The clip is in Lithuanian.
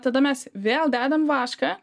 tada mes vėl dedam vašką